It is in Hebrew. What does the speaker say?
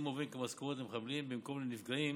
מועברים כמשכורות למחבלים במקום לנפגעים